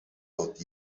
dod